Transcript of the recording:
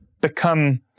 become